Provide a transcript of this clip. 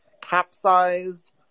capsized